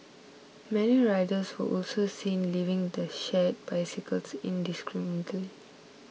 many riders were also seen leaving the shared bicycles indiscriminately